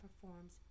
performs